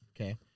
Okay